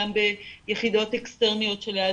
גם ביחידות אקסטרניות שליד